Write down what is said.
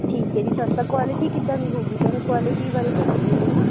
ਠੀਕ ਹੈ ਜੀ ਸਸਤਾ ਕੁਆਲਟੀ ਕਿੱਦਾਂ ਦੀ ਹੋਊਗੀ ਸਰ ਕੁਆਲਟੀ ਬਾਰੇ ਦੱਸੋ ਮੈਨੂੰ ਨਾ